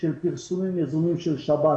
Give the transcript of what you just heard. פרסומים של שב"ס.